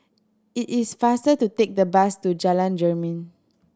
it is faster to take the bus to Jalan Jermin